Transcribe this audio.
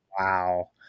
wow